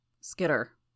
Skitter